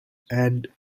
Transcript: and